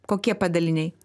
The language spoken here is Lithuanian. kokie padaliniai